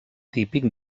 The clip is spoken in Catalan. típic